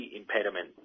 impediment